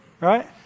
right